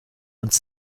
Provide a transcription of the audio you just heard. uns